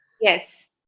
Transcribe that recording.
Yes